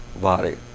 body